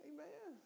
Amen